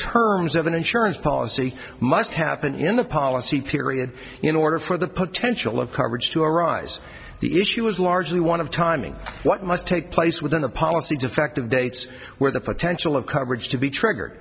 terms of an insurance policy must happen in the policy period in order for the potential of coverage to arise the issue is largely one of timing what must take place within a policy defect of dates where the potential of coverage to be trigger